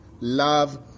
love